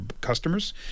customers